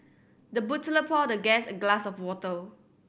the butler poured the guest a glass of water